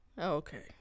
okay